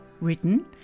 written